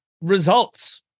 results